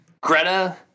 Greta